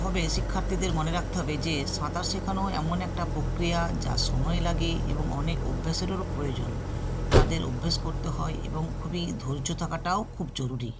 হবে শিক্ষার্থীদের মনে রাখতে হবে যে সাঁতার শেখানো এমন একটা প্রক্রিয়া যা সময় লাগে এবং অনেক অভ্যাসেরও প্রয়োজন তাদের অভ্যেস করতে হয় এবং খুবই ধৈর্য থাকাটাও খুব জরুরি